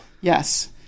Yes